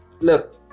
look